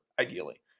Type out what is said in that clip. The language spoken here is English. ideally